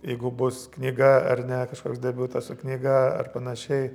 jeigu bus knyga ar ne kažkoks debiutas su knyga ar panašiai